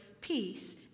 peace